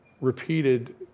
repeated